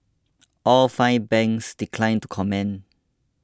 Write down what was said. all five banks declined to comment